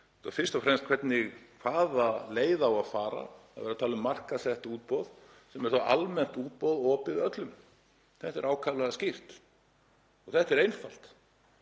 fyrst og fremst hvaða leið á að fara. Það er talað um markaðssett útboð sem er þá almennt útboð opið öllum. Þetta er ákaflega skýrt og þetta er einfalt.